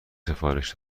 سفارش